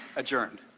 adjourned.